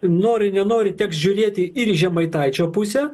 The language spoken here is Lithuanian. nori nenori teks žiūrėti ir į žemaitaičio pusę